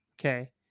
Okay